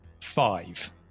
Five